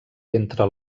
entre